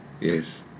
Yes